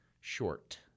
short